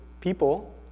people